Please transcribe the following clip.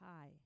high